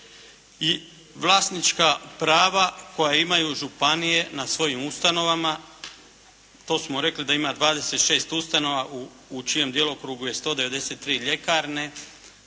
I vlasnička prava koja imaju županije na svojim ustanovama, to smo rekli da ima 26 ustanova u čijem djelokrugu je 193 ljekarne,